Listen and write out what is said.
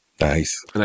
nice